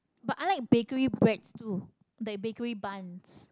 but I like bakery breads too like bakery buns